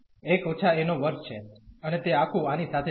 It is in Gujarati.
અને તે આખું આની સાથે જશે